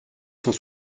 cent